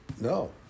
No